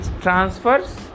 transfers